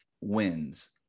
wins